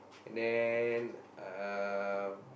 and then uh